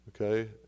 okay